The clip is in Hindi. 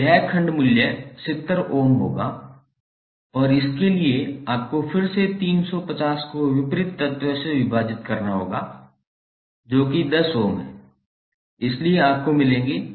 तो यह खंड मूल्य 70 होगा और इसके लिए आपको फिर से 350 को विपरीत तत्व से विभाजित करना होगा जो कि 10 ओम है इसलिए आपको 35 मिलेंगे